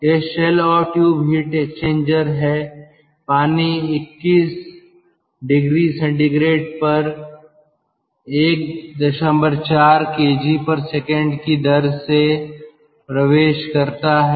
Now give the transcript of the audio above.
यह शेल और tube heat exchanger है पानी 21 oC पर 14 kg s की दर से प्रवेश करता है